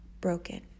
broken